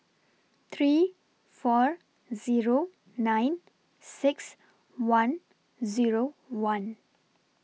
three four Zero nine six one Zero one